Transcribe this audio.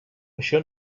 això